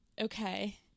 okay